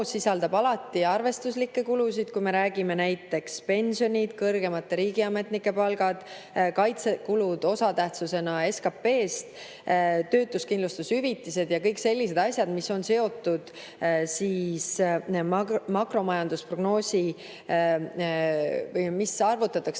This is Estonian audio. sisaldab alati arvestuslikke kulusid. Näiteks pensionid, kõrgemate riigiametnike palgad, kaitsekulud osatähtsusena SKP‑s, töötuskindlustushüvitised ja kõik sellised asjad on seotud makromajandusliku prognoosiga, need arvutatakse